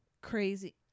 crazy